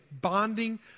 bonding